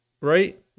right